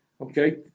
okay